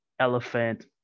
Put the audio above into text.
elephant